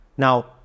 Now